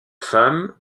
femme